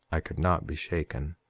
i could not be shaken.